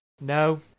No